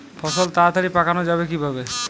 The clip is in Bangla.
ফসল তাড়াতাড়ি পাকানো যাবে কিভাবে?